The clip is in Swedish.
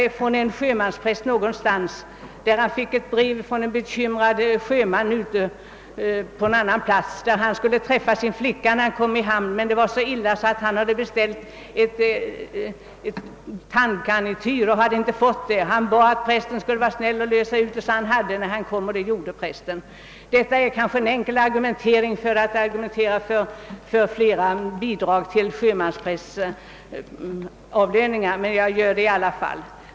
Jag hörde att en sjömanspräst någonstans fått ett brev från en bekymrad sjöman, som skrev från en annan plats att han snart skulle komma och träffa sin flicka, men det var så illa att han hade beställt ett tandgarnityr men inte hunnit lösa ut det. Han bad att prästen skulle hjälpa honom med att lösa ut det, och det gjorde prästen. Detta är kanske en enkel argumentering för mer bidrag till sjömansprästavlöningar, men jag gör det i alla fall.